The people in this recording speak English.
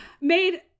Made